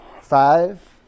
Five